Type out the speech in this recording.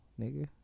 nigga